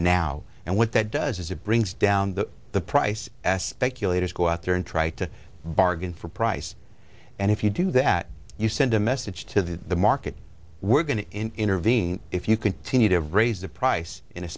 now and what that does is it brings down the the price speculators go out there and try to bargain for price and if you do that you send a message to the the market we're going to intervene if you continue to raise the price in a